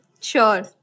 Sure